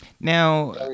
Now